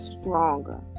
stronger